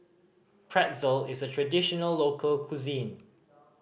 pretzel is a traditional local cuisine